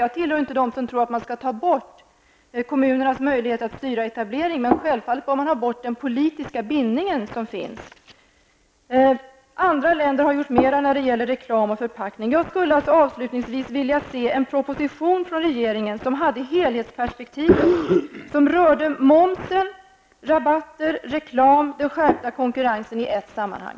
Jag tillhör inte dem som tror att man skall ta bort kommunernas möjligheter att styra etablering. Men självfallet bör man ta bort den politiska bildning som finns. Andra länder har gjort mer när det gäller reklam och förpackning. Jag skulle avslutningsvis vilja se en proposition från regeringen med helhetsperspektiv, en proposition som rörde moms, rabatter, reklam och den skärpta konkurrensen i ett sammanhang.